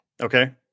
Okay